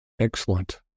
Excellent